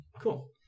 Cool